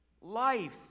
life